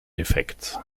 effekt